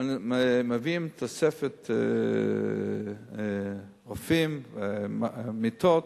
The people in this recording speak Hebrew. מביאים תוספת רופאים, מיטות.